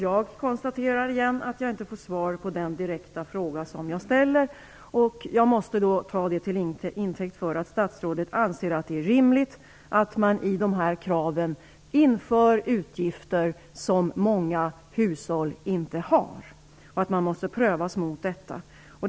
Fru talman! Jag konstaterar på nytt att jag inte får svar på den direkta fråga som jag ställer. Jag måste då ta det till intäkt för att statsrådet anser att det är rimligt att man till kraven på disponibel inkomst lägger utgifter som många hushåll inte har.